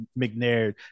McNair